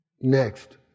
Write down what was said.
Next